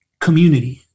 community